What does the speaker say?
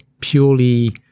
purely